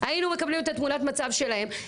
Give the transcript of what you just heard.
היינו מקבלים את תמונת המצב שלהם,